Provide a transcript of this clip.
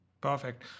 Perfect